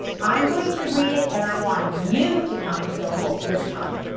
i'm going to read it and i want you to count the syllables this time.